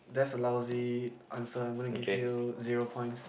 that's a lousy answer I'm gonna give you zero points